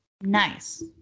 Nice